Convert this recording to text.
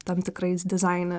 tam tikrais dizaine